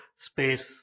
space